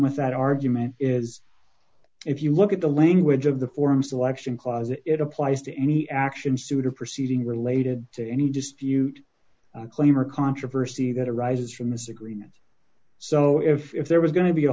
with that argument is if you look at the language of the form selection closet it applies to any action suit or proceeding related to any dispute claim or controversy that arises from disagreement so if there was going to be a